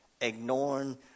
ignoring